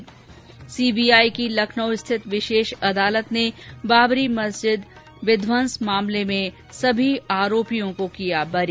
् सीबीआई की लखनऊ स्थित विशेष अदालत ने बाबरी मस्जिद विध्वंस मामले में सभी आरोपियों को किया बरी